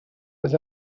was